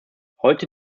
heute